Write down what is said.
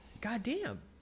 goddamn